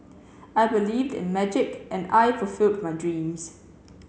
I believed in magic and I fulfilled my dreams